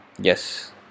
yes